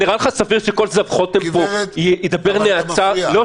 זה נראה לך סביר שכל זב חוטם פה ידבר מה שהוא